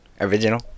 Original